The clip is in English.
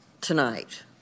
tonight